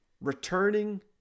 Returning